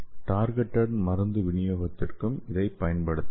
targeted மருந்து விநியோகத்திற்கும் இதைப் பயன்படுத்தலாம்